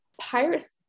pirates